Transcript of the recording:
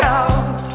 out